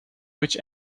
which